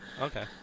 Okay